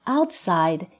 Outside